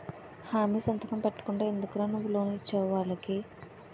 హామీ సంతకం పెట్టకుండా ఎందుకురా నువ్వు లోన్ ఇచ్చేవు వాళ్ళకి